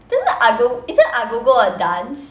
there's no ago~ isn't agogo a dance